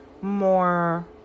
more